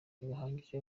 ntibihagije